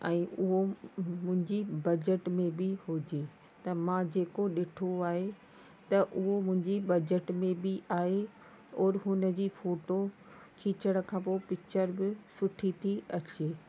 ऐं उहो मुंहिंजी बजट में बि हुजे त मां जेको ॾिठो आहे त उहो मुंहिंजी बजट में बि आहे औरि हुनजी फोटो खीचण खां पोइ पिचर ब सुठी थी अचे